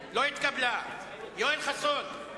ההסתייגות של חבר הכנסת מגלי והבה לסעיף